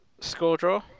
Score-draw